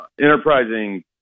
enterprising